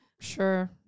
Sure